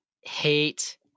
hate